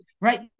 right